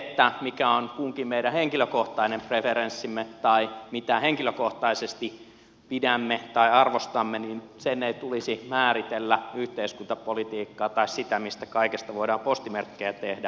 sen mikä on kunkin meidän henkilökohtainen preferenssi tai mistä henkilökohtaisesti pidämme tai mitä arvostamme ei tulisi määritellä yhteiskuntapolitiikkaa tai sitä mistä kaikesta voidaan postimerkkejä tehdä